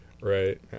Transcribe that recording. right